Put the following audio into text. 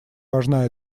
важна